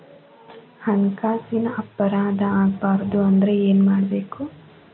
ಹಣ್ಕಾಸಿನ್ ಅಪರಾಧಾ ಆಗ್ಬಾರ್ದು ಅಂದ್ರ ಏನ್ ಮಾಡ್ಬಕು?